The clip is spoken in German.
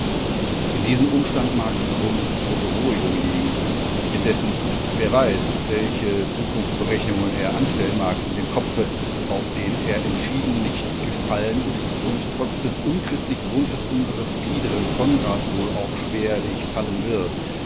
in diesem umstand mag grund zur beruhigung liegen indessen wer weiß welche zukunftsberechnungen er anstellen mag in dem kopfe auf den er entschieden nicht gefallen ist und trotz des unchristlichen wunsches unseres biederen konrad wohl auch schwerlich fallen wird